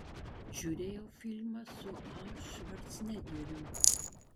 žiūrėjau filmą su a švarcnegeriu